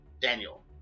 Daniel